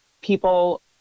people